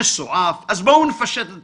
מסועף, אז בואו נפשט את